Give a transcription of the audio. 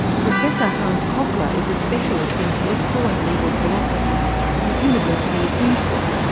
professor hans kochler is a specialist in political and legal philosophy at the university of innsbruck.